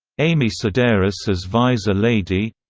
amy sedaris as visor lady